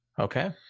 Okay